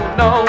no